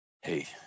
hey